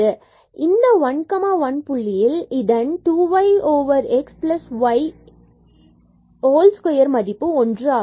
எனவே இந்த 1 1 புள்ளியில் இதன் 2 y x y a whole square மதிப்பு ஒன்று ஆகும்